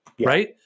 right